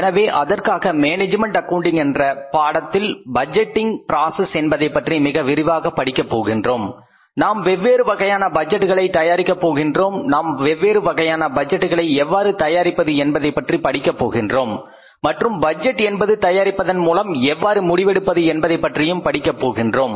எனவே அதற்காக management accounting என்ற பாடத்தில் பட்ஜெட்டிங் ப்ராசஸ் என்பதைப்பற்றி மிக விரிவாக படிக்கப் போகின்றோம் நாம் வெவ்வேறு வகையான பட்ஜெட்களை தயாரிக்க போகின்றோம் நாம் வெவ்வேறு வகையான பட்ஜெட்களை எவ்வாறு தயாரிப்பது என்பதை பற்றி படிக்கபோகின்றோம் மற்றும் பட்ஜெட் என்பது தயாரிப்பதன் மூலம் எவ்வாறு முடிவெடுப்பது என்பதை பற்றியும் படிக்கின்றோம்